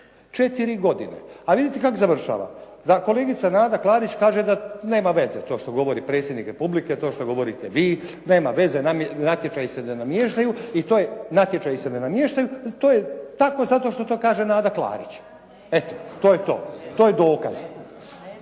četiri godine. A vidite kako završava? Da kolegica Nada Klarić kaže da nema veze to što govori Predsjednik Republike, to što govorite vi. Nema veze. Natječaji se ne namještaju. I to je tako zato što to kaže Nada Klarić. Eto to je to. To je dokaz.